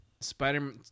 spider